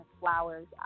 flowers